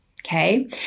Okay